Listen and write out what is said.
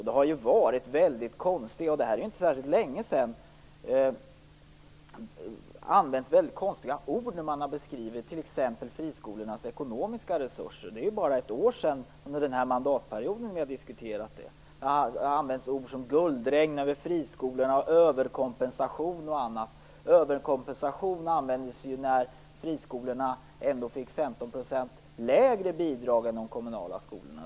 Det är inte särskilt länge sedan som det användes väldigt konstiga ord när man beskrev t.ex. friskolornas ekonomiska resurser. Det är bara ett år sedan, under den här mandatperioden, vi diskuterade det. Det har använts ord som guldregn över friskolorna, överkompensation osv. Ordet överkompensation användes när friskolorna ändå fick 15 % lägre bidrag än de kommunala skolorna.